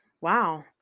wow